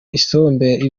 isombe